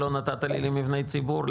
לא נתת לי מבני ציבור,